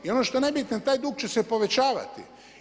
I ono što je najbitnije, taj dug će se povećavati.